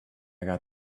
got